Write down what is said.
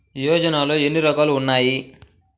యోజనలో ఏన్ని రకాలు ఉన్నాయి?